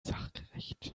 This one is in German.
sachgerecht